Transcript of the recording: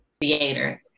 theater